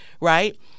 right